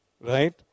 Right